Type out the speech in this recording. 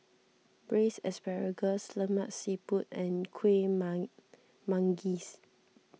Braised Asparagus Lemak Siput and Kueh Manggis